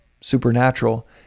supernatural